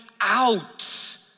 out